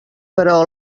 però